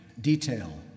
detail